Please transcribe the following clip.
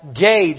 gauge